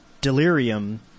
Delirium